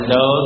no